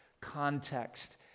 context